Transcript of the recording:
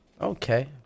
Okay